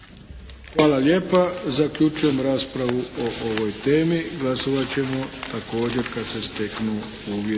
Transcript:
Hvala lijepa. Zaključujem raspravu o ovoj temi. Glasovat ćemo također kad se steknu uvjeti.